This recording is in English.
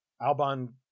alban